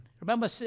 remember